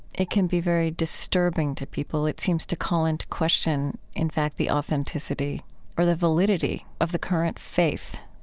it can be very disturbing to people. it seems to call into question, in fact, the authenticity or the validity of the current faith.